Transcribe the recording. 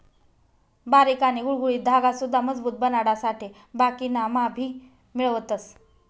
बारीक आणि गुळगुळीत धागा सुद्धा मजबूत बनाडासाठे बाकिना मा भी मिळवतस